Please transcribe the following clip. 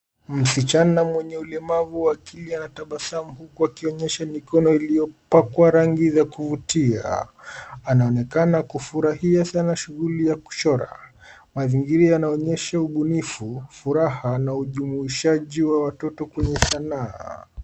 Msichana mwenye ulemavu wa ajili anatabasamu huku akionyesha kidole ilipakwa rangi za kuvutia. Anaonekana kufurahia Sana shughuli ya kuchora mazingira yanaonyesha ubunifu, furaha naujumuishaji wa watoto kwenye Sanaa.